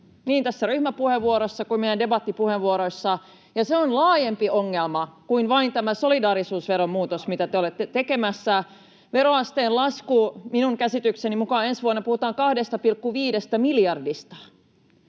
niin tässä ryhmäpuheenvuorossa kuin meidän debattipuheenvuoroissa, ja se on laajempi ongelma kuin vain tämä solidaarisuusveron muutos, mitä te olette tekemässä. Veroasteen laskussa minun käsitykseni mukaan ensi vuonna puhutaan 2,5 miljardista.